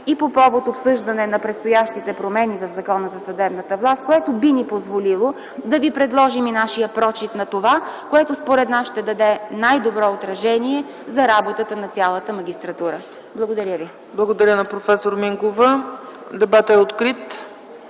и по повод обсъждането на предстоящите промени в Закона за съдебната власт, което би ни позволило да ви предложим и нашия прочит на това, което според нас ще даде най-добро отражение за работата на цялата магистратура. Благодаря. ПРЕДСЕДАТЕЛ ЦЕЦКА ЦАЧЕВА: Благодаря на проф. Мингова. Има думата